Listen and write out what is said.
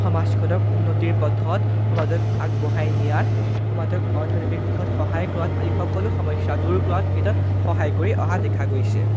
সমাজখনক উন্নতিৰ পথত সমাজক আগবঢ়াই নিয়াত সমাজক অৰ্থনৈতিক দিশত সহায় কৰাত আৰু সকলো সমস্যা দূৰ কৰাৰ ক্ষেত্ৰত সহায় কৰি অহা দেখা গৈছে